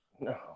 No